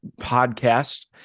podcasts